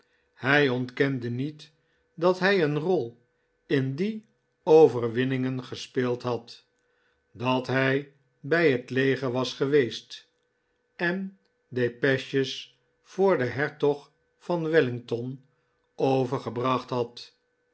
hij ontkende niet dat hij een rol in die overwinningen gespeeld had dat hij bij het leger was geweest en depeches voor den hertog van wellington overgebracht had